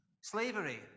Slavery